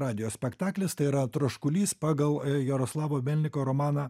radijo spektaklis tai yra troškulys pagal jaroslavo melniko romaną